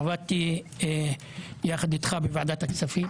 עבדתי יחד איתך בוועדת הכספים.